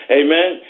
amen